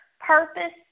purpose